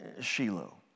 Shiloh